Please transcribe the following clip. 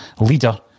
leader